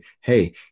Hey